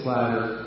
Ladder